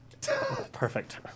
Perfect